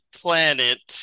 planet